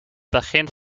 begin